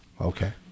okay